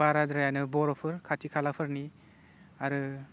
बाराद्रायानो बर'फोर खाथि खालाफोरनि आरो